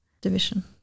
division